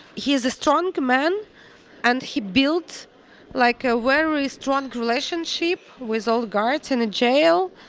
he is a strong man and he built like a very strong relationship with all guards in the jail.